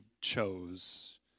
chose